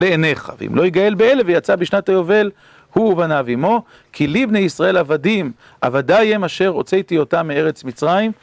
בעינייך, ואם לא יגאל באלה ויצא בשנת היובל, הוא ובניו עמו, כי לי בני ישראל עבדים, עבדיי הם אשר הוצאתי אותם מארץ מצרים.